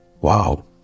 Wow